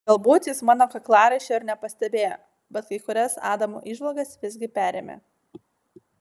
galbūt jis mano kaklaraiščio ir nepastebėjo bet kai kurias adamo įžvalgas visgi perėmė